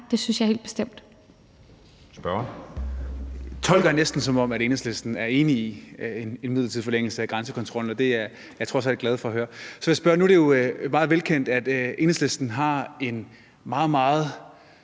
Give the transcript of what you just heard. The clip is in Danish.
Brandenborg (S): Det tolker jeg næsten, som om Enhedslisten er enig i en midlertidig forlængelse af grænsekontrollen, og det er jeg trods alt glad for at høre. Nu er det jo meget velkendt, at Enhedslisten har en meget, meget